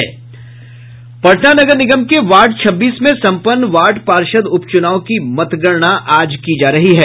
पटना नगर निगम के वार्ड छब्बीस में सम्पन्न वार्ड पार्षद उप चूनाव की मतगणना आज की जा रही है